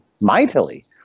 mightily